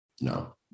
no